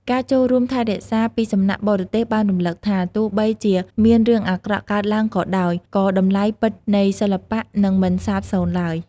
ការចូលរួមថែរក្សាពីសំណាក់បរទេសបានរំឭកថា ទោះបីជាមានរឿងអាក្រក់កើតឡើងក៏ដោយ ក៏តម្លៃពិតនៃសិល្បៈនឹងមិនសាបសូន្យឡើយ។